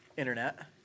Internet